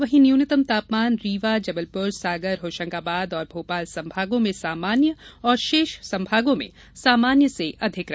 वहीं न्यूनतम तापमान रीवा जबलपुर सागर होशंगाबाद और भोपाल संभागों में सामान्य और शेष संभागों मे सामान्य से अधिक रहे